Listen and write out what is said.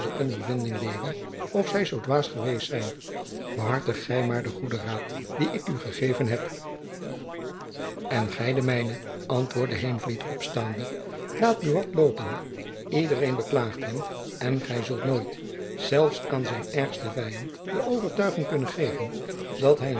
ondervinding leeren of zy zoo dwaas geweest zijn behartig gy maar den goeden raad dien ik u gegeven heb en gy den mijne antwoordde heenvliet opstaande laat buat loopen iedereen beklaagt hem en gy zult nooit zelfs aan zijn ergsten vijand de overtuiging jacob van lennep elizabeth musch kunnen geven dat hy